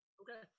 Okay